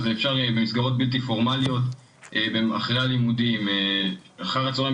אז אפשר במסגרות בלתי פורמליות אחרי הלימודים ואחר הצהריים,